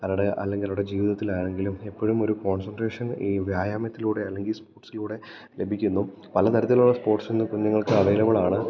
അവരുടെ അല്ലെങ്കിൽ അവരുടെ ജീവിതത്തിൽ ആണെങ്കിലും എപ്പോഴും ഒരു കോൺസൻട്രേഷൻ ഈ വ്യായാമത്തിലൂടെ അല്ലെങ്കിൽ സ്പോർട്സിലൂടെ ലഭിക്കുന്നു പല തരത്തിലുള്ള സ്പോർട്സിന്ന് കുഞ്ഞുങ്ങൾക്ക് അവൈലബിളാണ്